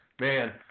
man